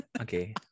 Okay